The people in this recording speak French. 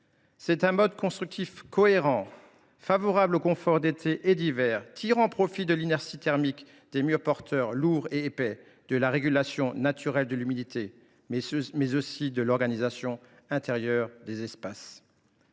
C’est un mode constructif cohérent, favorable aux conforts d’été et d’hiver, tirant profit de l’inertie thermique de murs porteurs à la fois lourds et épais, de la régulation naturelle de l’humidité et de l’organisation intérieure des espaces.